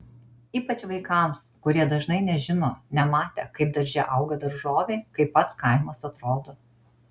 ypač vaikams kurie dažnai nežino nematę kaip darže auga daržovė kaip pats kaimas atrodo